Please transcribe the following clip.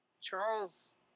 Charles